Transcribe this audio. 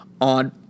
on